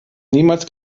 niemals